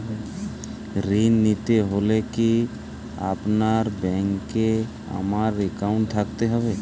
ঋণ নিতে হলে কি আপনার ব্যাংক এ আমার অ্যাকাউন্ট থাকতে হবে?